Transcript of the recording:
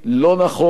לא נכון,